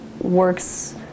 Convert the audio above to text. works